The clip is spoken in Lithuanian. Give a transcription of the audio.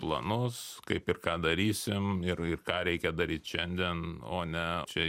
planus kaip ir ką darysim ir ir ką reikia daryt šiandien o ne čia